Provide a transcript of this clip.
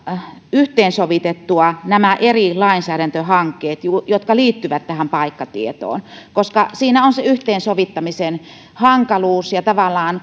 yhteensovitettua nämä eri lainsäädäntöhankkeet jotka liittyvät paikkatietoon siinä on se yhteensovittamisen hankaluus ja tavallaan